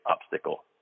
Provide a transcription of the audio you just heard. obstacle